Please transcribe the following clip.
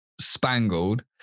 spangled